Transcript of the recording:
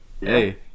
hey